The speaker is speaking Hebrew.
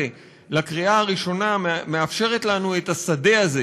לקריאה הראשונה מאפשרת לנו את השדה הזה